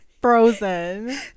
frozen